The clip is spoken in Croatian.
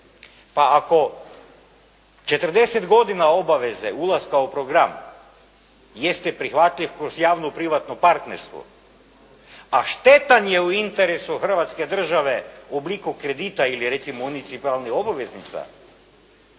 Pa ako 40 godina obaveze ulaska u program jeste prihvatljiv kroz javno privatno partnerstvo, a štetan je u interesu Hrvatske države u obliku kredita ili recimo unicipalnih obveznica,